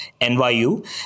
NYU